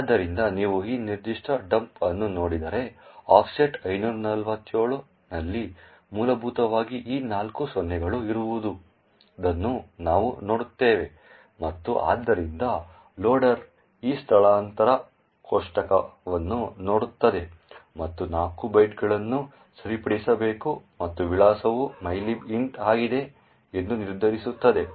ಆದ್ದರಿಂದ ನೀವು ಈ ನಿರ್ದಿಷ್ಟ ಡಂಪ್ ಅನ್ನು ನೋಡಿದರೆ ಆಫ್ಸೆಟ್ 547 ನಲ್ಲಿ ಮೂಲಭೂತವಾಗಿ ಈ ನಾಲ್ಕು ಸೊನ್ನೆಗಳು ಇರುವುದನ್ನು ನಾವು ನೋಡುತ್ತೇವೆ ಮತ್ತು ಆದ್ದರಿಂದ ಲೋಡರ್ ಈ ಸ್ಥಳಾಂತರ ಕೋಷ್ಟಕವನ್ನು ನೋಡುತ್ತದೆ ಮತ್ತು 4 ಬೈಟ್ಗಳನ್ನು ಸರಿಪಡಿಸಬೇಕು ಮತ್ತು ವಿಳಾಸವು mylib int ಆಗಿದೆ ಎಂದು ನಿರ್ಧರಿಸುತ್ತದೆ